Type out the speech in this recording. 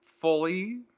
fully